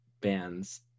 bands